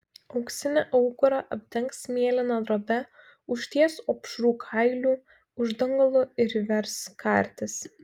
auksinį aukurą apdengs mėlyna drobe užties opšrų kailių uždangalu ir įvers kartis